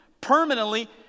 permanently